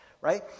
right